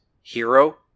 Hero